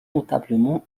notablement